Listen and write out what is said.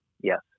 yes